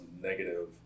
negative